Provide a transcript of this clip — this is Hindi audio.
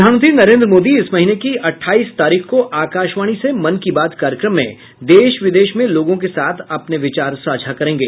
प्रधानमंत्री नरेन्द्र मोदी इस महीने की अठाईस तारीख को आकाशवाणी से मन की बात कार्यक्रम में देश विदेश में लोगों के साथ अपने विचार साझा करेंगे